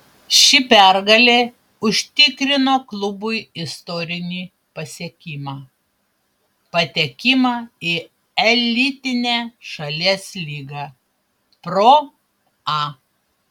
ši pergalė užtikrino klubui istorinį pasiekimą patekimą į elitinę šalies lygą pro a